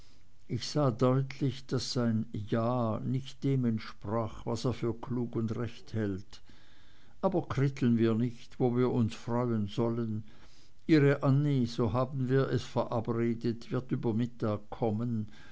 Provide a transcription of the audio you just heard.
ich sah deutlich daß sein ja nicht dem entsprach was er für klug und recht hält aber kritteln wir nicht wo wir uns freuen sollen ihre annie so haben wir es verabredet wird über mittag kommen